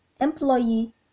employee